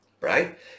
right